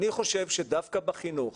אני חושב שדווקא בחינוך,